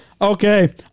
Okay